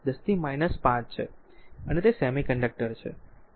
4 10 5 છે તે r semiconductor છે